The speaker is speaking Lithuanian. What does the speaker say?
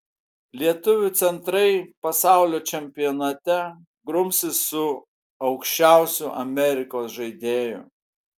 lietuvių centrai pasaulio čempionate grumsis su aukščiausiu amerikos žaidėju